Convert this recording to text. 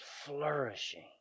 flourishing